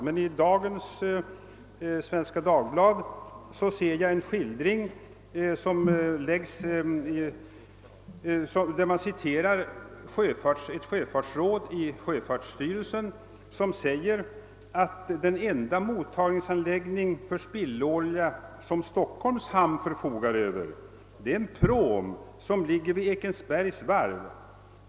Men i Svenska Dagbladet för i dag ser jag en skildring, där man citerar ett sjöfartsråd i sjöfartsstyrelsen som säger bl.a. följande: »Den enda mottagningsanläggningen för spillolja som Stockholms hamn förfogar över är en pråm, som ligger vid Ekensbergs varv!